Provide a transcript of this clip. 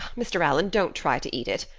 mr. allan, don't try to eat it.